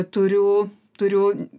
turiu turiu